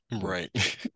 right